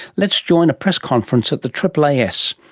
let's join a press conference at the aaas,